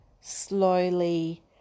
slowly